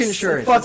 insurance